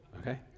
okay